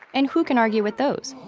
and who can argue with those?